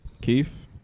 Keith